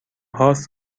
هاست